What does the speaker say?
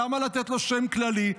למה לתת לו שם כללי?